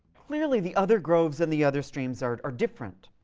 clearly, the other groves and the other streams are are different